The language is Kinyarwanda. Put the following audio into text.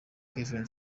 kevin